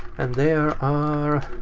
and there ah are